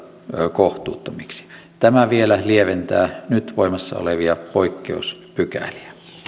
kohtuuttomiksi tämä vielä lieventää nyt voimassa olevia poikkeuspykäliä